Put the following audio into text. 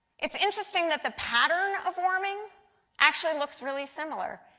it is interesting that the pattern of warming actually looks really similar.